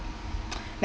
like